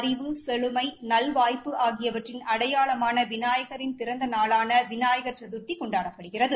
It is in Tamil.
அறிவு செழுமை நல்வாய்ப்பு ஆகியவற்றின் அடையாளமான விநாயளின் பிறந்த நாளாக விநாயன் சதர்த்தி கொண்டாடப்படுகிறது